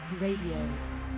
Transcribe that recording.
Radio